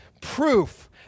proof